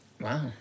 Wow